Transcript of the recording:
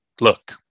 Look